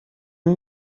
این